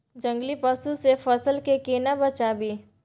जंगली पसु से फसल के केना बचावी?